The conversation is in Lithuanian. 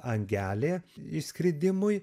angelė išskridimui